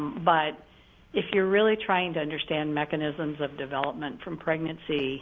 but if you're really trying to understand mechanisms of development from pregnancy